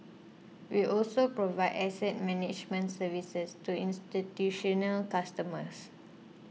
we also provide asset management services to institutional customers